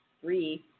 Three